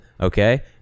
okay